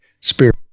spirit